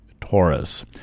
Taurus